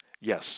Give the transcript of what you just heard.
Yes